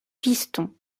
pistons